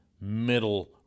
middle